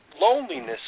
loneliness